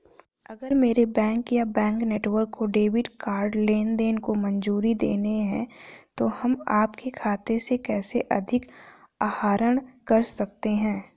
अगर मेरे बैंक या बैंक नेटवर्क को डेबिट कार्ड लेनदेन को मंजूरी देनी है तो हम आपके खाते से कैसे अधिक आहरण कर सकते हैं?